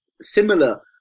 similar